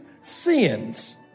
Sins